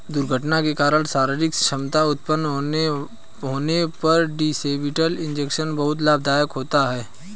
दुर्घटना के कारण शारीरिक अक्षमता उत्पन्न होने पर डिसेबिलिटी इंश्योरेंस बहुत लाभदायक होता है